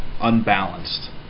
unbalanced